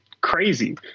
crazy